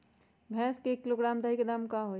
भैस के एक किलोग्राम दही के दाम का होई?